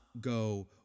go